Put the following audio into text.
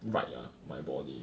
right ah my body